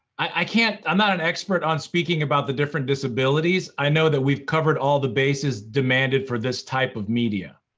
i can't, i'm not an expert on speaking about the different disabilities. i know that we've covered all the bases demanded for this type of media.